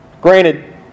Granted